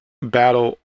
battle